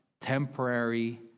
temporary